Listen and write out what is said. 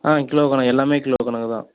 ஆ kilo கணக்கு எல்லாமே kilo கணக்கு தான்